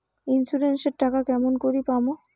Insurance এর টাকা কেমন করি পাম?